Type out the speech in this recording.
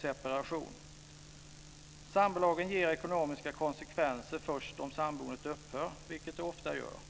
separation. Sambolagen ger ekonomiska konsekvenser först om samboendet upphör, vilket det ofta gör.